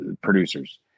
producers